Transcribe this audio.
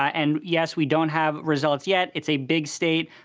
and, yes, we don't have results yet. it's a big state,